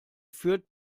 führt